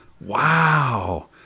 Wow